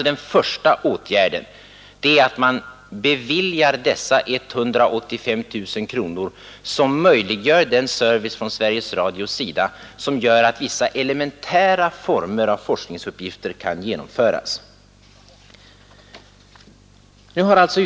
Den första åtgärden borde vara att man beviljade dessa 185 000 kronor för att möjliggöra den service från Sveriges Radios sida som skulle innebära att vissa elementära former av forskningsuppgifter kunde genomföras.